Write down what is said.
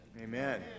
Amen